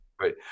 Right